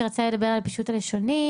שרצתה לדבר על הפישוט הלשוני,